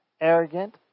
arrogant